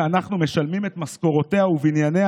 שאנחנו משלמים את משכורותיה ובנייניה,